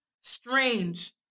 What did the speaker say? strange